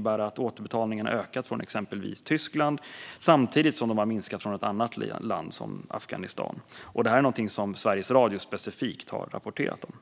vara så att återbetalningarna har ökat från exempelvis Tyskland samtidigt som de har minskat från ett annat land, som Afghanistan. Detta är någonting som Sveriges Radio specifikt har rapporterat om.